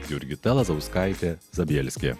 jurgita lazauskaitė zabielskė